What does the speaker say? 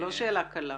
שאלה קלה.